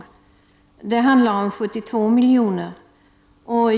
Det handlar om 72 milj.kr.